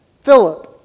Philip